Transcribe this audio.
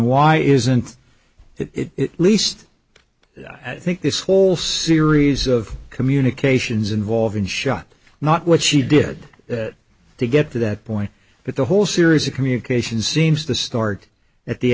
why isn't it least i think this whole series of communications involving shot not what she did to get to that point but the whole series of communication seems to start at the